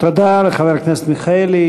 תודה לחבר הכנסת מיכאלי.